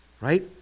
right